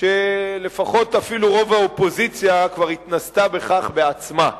כשלפחות אפילו רוב האופוזיציה כבר התנסתה בכך בעצמה.